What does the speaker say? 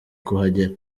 kuhagera